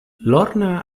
lorna